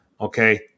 okay